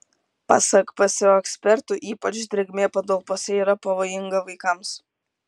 pasak pso ekspertų ypač drėgmė patalpose yra pavojinga vaikams